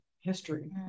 history